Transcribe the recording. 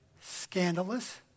scandalous